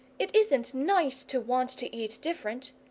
it isn't nice to want to eat different.